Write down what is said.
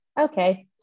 Okay